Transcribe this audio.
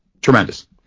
Tremendous